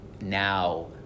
now